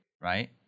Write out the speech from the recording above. right